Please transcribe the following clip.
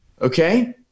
okay